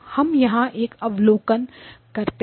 हम यहां एक अवलोकन करते हैं